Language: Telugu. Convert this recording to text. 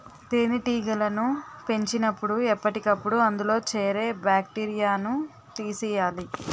తేనెటీగలను పెంచినపుడు ఎప్పటికప్పుడు అందులో చేరే బాక్టీరియాను తీసియ్యాలి